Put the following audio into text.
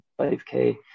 5k